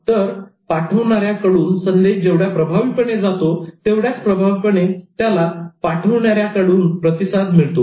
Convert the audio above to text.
तर पाठवणाऱ्या कडून संदेश जेवढ्या प्रभावीपणे जातो तेवढ्याच प्रभावीपणे त्याला पाठविणाऱ्या कडून प्रतिसाद मिळतो